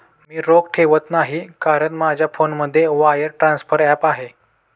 मी रोख ठेवत नाही कारण माझ्या फोनमध्ये वायर ट्रान्सफर ॲप आहे